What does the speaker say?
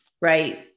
right